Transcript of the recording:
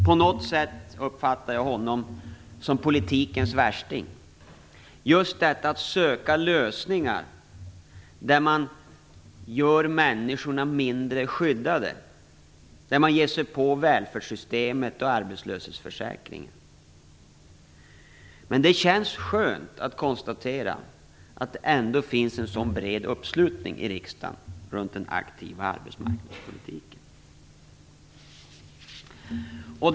På något sätt uppfattar jag honom som politikens värsting. Han söker lösningar där man gör människorna mindre skyddade och ger sig på välfärdssystemet och arbetslöshetsförsäkringen. Men det känns skönt att konstatera att det ändå finns en så bred uppslutning i riksdagen runt den aktiva arbetsmarknadspolitiken.